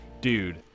Dude